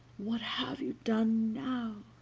what have you done now?